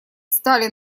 сталин